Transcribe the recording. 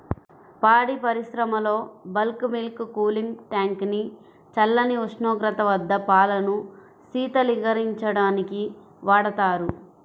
పాడి పరిశ్రమలో bulk milk cooling tank ని చల్లని ఉష్ణోగ్రత వద్ద పాలను శీతలీకరించడానికి వాడతారు